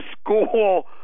school